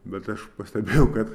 bet aš pastebėjau kad